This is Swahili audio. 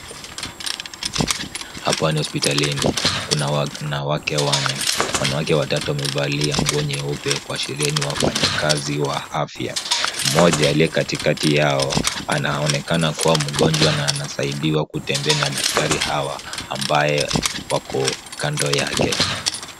Hapa ni hospitalini, kuna wanawake wanne. Wanawake watatu wamevalia nguo nyeupe ya kuashiria ni wafanyikazi wa afya . Mmoja aliye katikati yao anaonekana kuwa mgonjwa na anasaidiwa kutembea na daktari hawa ambayo wako kando yake.